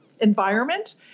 environment